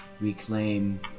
reclaim